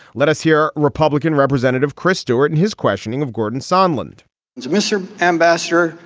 let us hear republican representative chris stewart in his questioning of gordon sunland mr. ambassador,